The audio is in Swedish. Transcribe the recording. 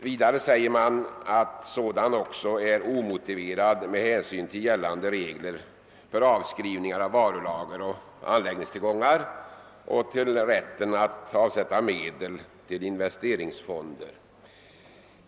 Vidare skriver utskottet att en sådan skattepolitik enligt utredningen är >omotiverad med hänsyn till de möjligheter företagen enligt gällande bestämmelser har att skriva ned varulager och anläggningstillgångar och att avsätta medel till investeringsfonder>.